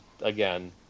again